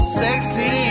sexy